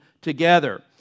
together